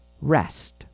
rest